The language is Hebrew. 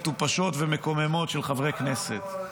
מטופשות ומקוממות של חברי כנסת.